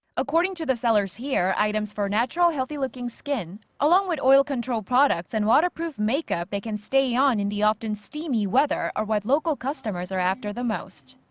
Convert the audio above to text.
according to the sellers here, items for natural, healthy looking skin, along with oil control products and water-proof makeup that can stay on in the often steamy weather. are what local customers are after the most.